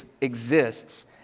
exists